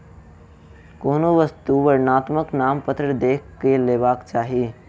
कोनो वस्तु वर्णनात्मक नामपत्र देख के लेबाक चाही